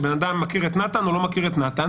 של בן אדם שמכיר את נתן או לא מכיר את נתן,